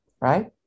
right